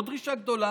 זאת לא דרישה גדולה.